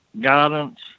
guidance